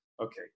Okay